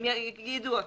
יידוע.